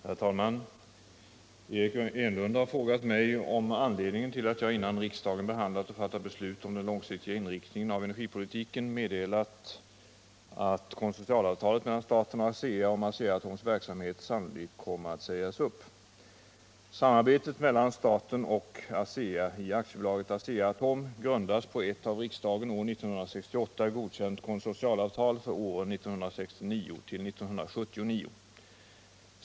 Herr talman! Eric Enlund har frågat mig om anledningen till att jag innan riksdagen behandlat och fattat beslut om den långsiktiga inriktningen av energipolitiken meddelat att konsortialavtalet mellan staten och ASEA om Asea-Atoms verksamhet sannolikt kommer att sägas upp. Samarbetet mellan staten och ASEA i AB Asea-Atom grundas på ett av riksdagen år 1968 godkänt konsortialavtal för åren 1969-1979.